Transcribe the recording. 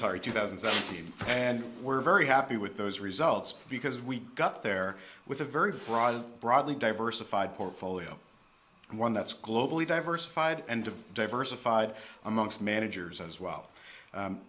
target two thousand and seventeen and we're very happy with those results because we got there with a very broad broadly diversified portfolio and one that's globally diversified and of diversified amongst managers as well